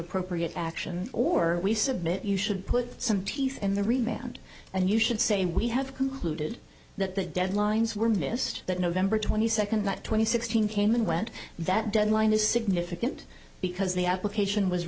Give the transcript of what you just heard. appropriate action or we submit you should put some teeth in the remained and you should say we have concluded that the deadlines were missed that november twenty second twenty sixteen came and went that deadline is significant because the application was